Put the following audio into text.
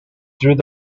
through